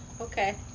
Okay